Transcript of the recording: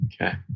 Okay